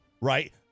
right